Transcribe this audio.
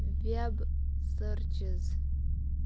web searches